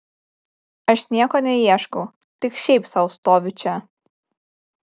aš nieko neieškau tik šiaip sau stoviu čia